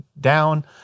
down